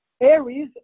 aries